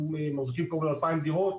מדובר כבר ב-2,000 דירות,